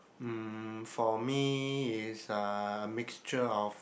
mm for me is a mixture of